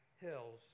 hills